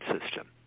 system